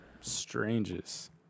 strangest